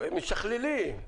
הם משכללים.